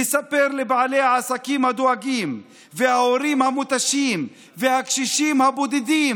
לספר לבעלי העסקים הדואגים וההורים המותשים והקשישים הבודדים